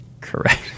Correct